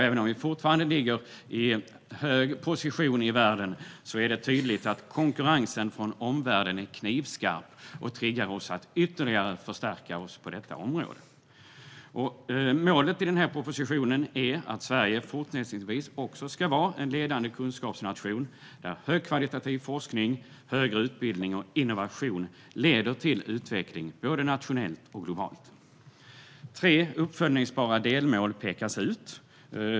Även om vi fortfarande ligger långt framme i världen är det tydligt att konkurrensen från omvärlden är knivskarp, vilket triggar oss att ytterligare förstärka oss på detta område. Målet i denna proposition är att Sverige även fortsättningsvis ska vara en ledande kunskapsnation, där högkvalitativ forskning, högre utbildning och innovation leder till utveckling, både nationellt och globalt. Tre uppföljningsbara delmål pekas ut.